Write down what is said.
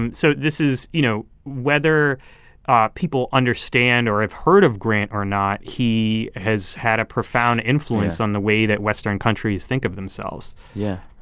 and so this is you know, whether ah people understand or have heard of grant or not, he has had a profound influence on the way that western countries think of themselves yeah.